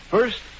First